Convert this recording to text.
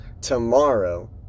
Tomorrow